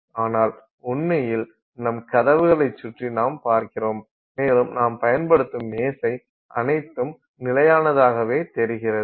ஆனால் உண்மையில் நம் கதவுகளைச் சுற்றி நாம் பார்க்கிறோம் மேலும் நாம் பயன்படுத்தும் மேசை அனைத்தும் நிலையானதாகவே தெரிகிறது